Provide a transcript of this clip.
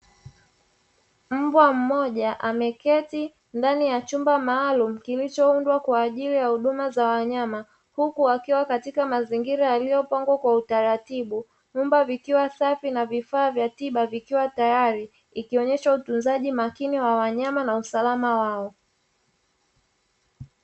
Mbwa mmoja ameketi ndani ya chumba maalumu kilichoundwa kwa ajili ya huduma za wanyama, huku wakiwa katika mazingira yaliyopangwa kwa utaratibu, vyumba vikiwa safi na vifaa vya tiba vikiwa tayari; ikionesha utunzaji makini wa wanyama na usalama wao.